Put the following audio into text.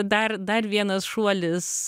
dar dar vienas šuolis